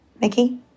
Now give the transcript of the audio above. Mickey